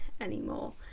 anymore